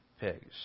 pigs